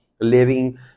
living